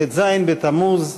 חברי הכנסת, כפי שאמרתי, ט"ז בתמוז,